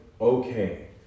okay